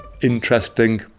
interesting